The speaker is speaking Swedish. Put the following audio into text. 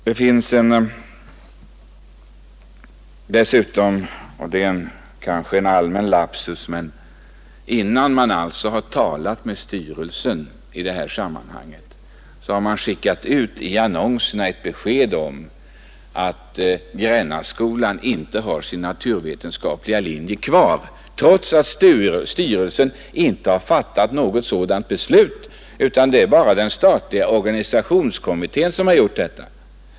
Något som väl får betecknas som en allmän lapsus är att man, innan man talat med styrelsen, i annonserna har skickat ut ett besked om att Grännaskolan inte har sin naturvetenskapliga linje kvar. Detta gör man alltså trots att styrelsen inte har fattat något sådant beslut — det är bara den statliga organisationskommittén som har gjort detta.